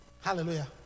Hallelujah